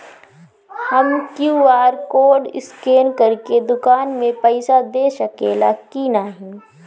हम QR code scan करके दुकान में पईसा दे सकेला की नाहीं?